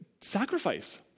sacrifice